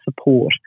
support